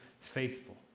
faithful